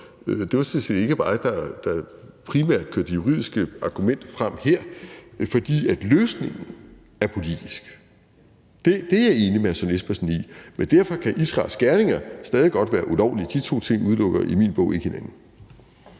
Det var sådan set ikke mig, der primært kørte de juridiske argumenter frem her. For løsningen er politisk, det er jeg enig med hr. Søren Espersen i, men derfor kan Israels gerninger stadig godt være ulovlige. De to ting udelukker i min bog ikke hinanden.